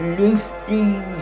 lifting